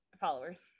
followers